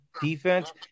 defense